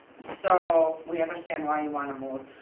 so, we understand why you wanna move.